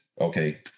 Okay